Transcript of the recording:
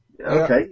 Okay